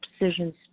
decisions